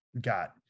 got